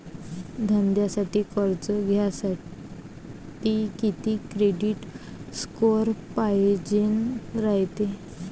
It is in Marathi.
धंद्यासाठी कर्ज घ्यासाठी कितीक क्रेडिट स्कोर पायजेन रायते?